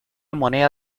moneda